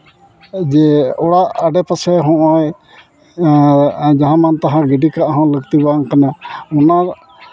ᱡᱮ ᱚᱲᱟᱜ ᱟᱲᱮ ᱯᱟᱥᱮ ᱦᱚᱸᱜᱼᱚᱭ ᱡᱟᱦᱟᱸ ᱢᱟᱱ ᱛᱟᱦᱟᱸ ᱜᱤᱰᱤ ᱠᱟᱜ ᱦᱚᱸ ᱞᱟᱹᱠᱛᱤ ᱵᱟᱝ ᱠᱟᱱᱟ ᱚᱱᱟ